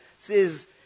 says